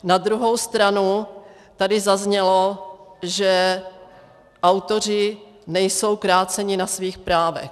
Na druhou stranu tady zaznělo, že autoři nejsou kráceni na svých právech.